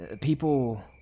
People